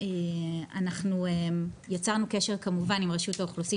אנחנו יצרנו קשר כמובן עם רשות האוכלוסין